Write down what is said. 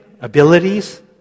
abilities